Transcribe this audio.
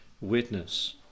witness